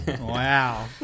Wow